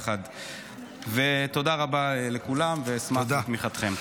תודה רבה לכולם, ואשמח בתמיכתכם.